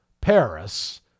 Paris